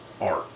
art